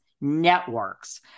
networks